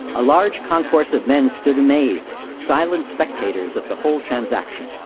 a large concourse of men stood amazed, silent spectators of the whole transaction.